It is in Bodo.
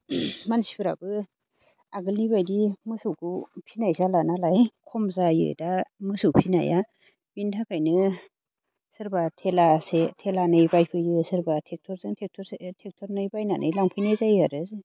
मानसिफोराबो आगोलनि बायदि मोसौखौ फिनाय जाला नालाय खम जायो दा मोसौ फिनाया बिनि थाखायनो सोरबा थेलासे थेलानै बायफैयो सोरबा ट्रेक्टरजों ट्रेक्टरसे ट्रेक्टरनै बायनानै लांफैनाय जायो आरो